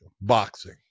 boxing